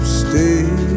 stay